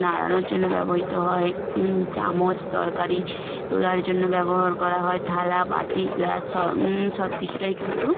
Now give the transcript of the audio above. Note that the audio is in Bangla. নাড়ানোর জন্য ব্যবহৃত হয় চামচ তরকারি তোলার জন্য ব্যবহার করা হয় থালা বাটি গ্লাস স সব কিছুটাই কিন্তু